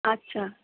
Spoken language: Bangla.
আচ্ছা